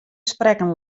sprekken